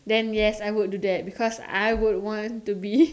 then yes I would do that because I would want to be